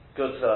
good